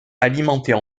alimentait